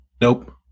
Nope